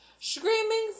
screaming